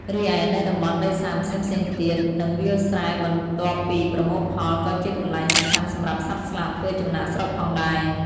រីឯ នៅតំបន់ដីសើមផ្សេងៗទៀត និងវាលស្រែបន្ទាប់ពីប្រមូលផល ក៏ជាកន្លែងសំខាន់សម្រាប់សត្វស្លាបធ្វើចំណាកស្រុកផងដែរ។